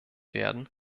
werden